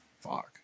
Fuck